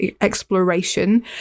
exploration